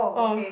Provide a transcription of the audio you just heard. oh